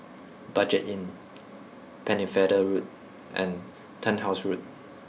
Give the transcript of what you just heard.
budget Inn Pennefather Road and Turnhouse Road